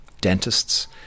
dentists